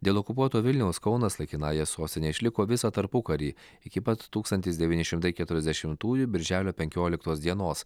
dėl okupuoto vilniaus kaunas laikinąja sostine išliko visą tarpukarį iki pat tūkstantis devyni šimtai keturiasdešimtųjų birželio penkioliktos dienos